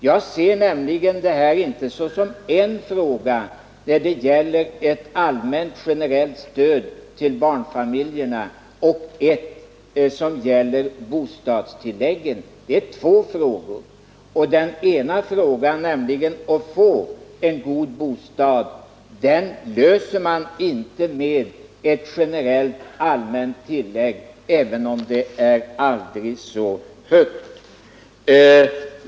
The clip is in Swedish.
Jag ser nämligen detta inte som en fråga där det gäller dels ett generellt stöd till barnfamiljerna, dels bostadstillägg. Det är två frågor. Den ena frågan, nämligen att få en god bostad, löser man inte med ett generellt tillägg även om det är aldrig så högt.